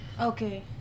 Okay